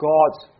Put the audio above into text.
God's